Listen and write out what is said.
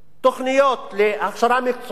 תוכניות להכשרה מקצועית,